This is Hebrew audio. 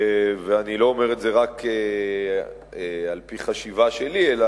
ואני לא אומר את זה רק על-פי חשיבה שלי אלא